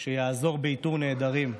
במשטרת ישראל שיעזור באיתור נעדרים.